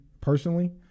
personally